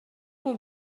бул